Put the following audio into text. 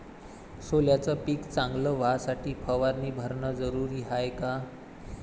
सोल्याचं पिक चांगलं व्हासाठी फवारणी भरनं जरुरी हाये का?